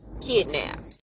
kidnapped